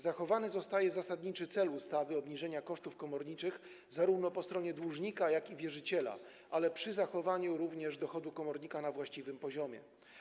Zachowany zostaje zasadniczy cel ustawy, obniżenie kosztów komorniczych po stronie zarówno dłużnika, jak i wierzyciela, ale przy zachowaniu dochodu komornika na właściwym poziomie.